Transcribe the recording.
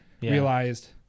realized